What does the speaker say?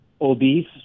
obese